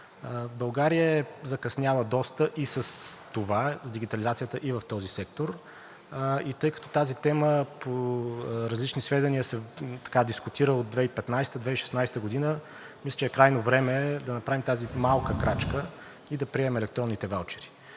България е закъсняла доста и с това – с дигитализацията, и в този сектор и тъй като тази тема по различни сведения се дискутира от 2015 – 2016 г., мисля, че е крайно време да направим тази малка крачка и да приемем електронните ваучери.